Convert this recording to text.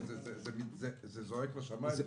זה זועק לשמים.